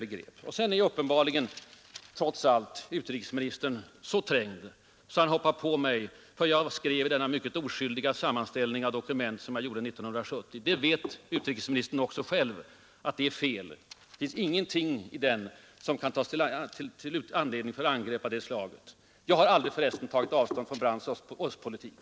Utrikesministern är uppenbarligen trots allt så trängd att han anser sig tvingad att ”hoppa på” mig för att jag 1970 gjorde en mycket oskyldig sammanställning av olika dokument och tal. Utrikesministern vet själv att det inte finns någonting i den som kan tas till intäkt för angrepp mot mig för bristande neutralitetspolitisk trovärdighet. Tvärtom! Till sist: Jag har aldrig ”tagit avstånd från” Willy Brandts östpolitik.